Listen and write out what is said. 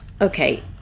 okay